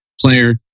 player